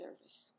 service